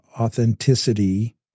authenticity